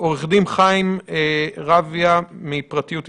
עו"ד חיים רביה מפרטיות ישראל,